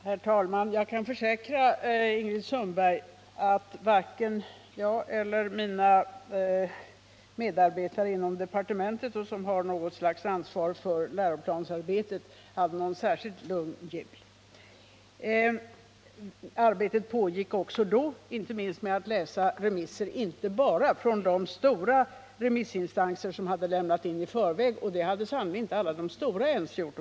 Herr talman! Jag kan försäkra Ingrid Sundberg att varken jag eller de av mina medarbetare inom departementet som har något ansvar för läroplansarbetet hade någon särskilt lugn jul. Arbetet pågick också då, inte minst med att läsa remissvar, särskilt från de stora remissinstanser som hade lämnat in sina svar i förväg. Men det hade sannerligen inte ens alla de ”stora” gjort.